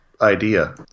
idea